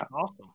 awesome